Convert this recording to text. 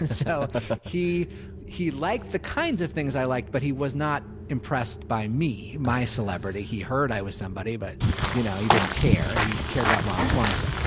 and so ah he he liked the kinds of things i liked but he was not impressed by my celebrity. he heard i was somebody but you know he didn't care he cared about ron swanson.